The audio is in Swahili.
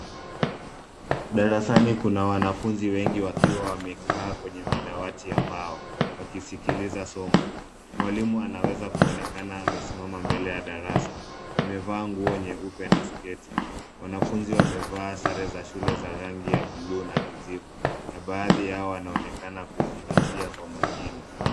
Darasani kuna wanafunzi wengi wakiwa wamekaa kwenye madawati ya mbao wakisikiliza somo. Mwalimu ana weza kuonekana amesimama mbele ya darasa amevaa nguo nyeupe na sketi. Wanafunzi wamevaa sare za shule za rangi ya bluu na kijivu na baadhi yao wanaonekana kuzingatia kwa makini.